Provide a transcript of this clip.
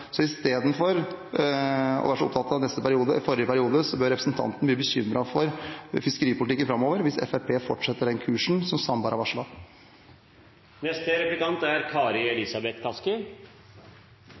Så istedenfor å være så opptatt av forrige periode bør representanten bli bekymret for fiskeripolitikken framover, hvis Fremskrittspartiet fortsetter på den kursen som Sandberg har